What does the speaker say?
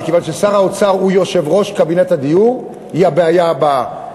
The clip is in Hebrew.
מכיוון ששר האוצר הוא יושב-ראש קבינט הדיור הוא הבעיה הבאה.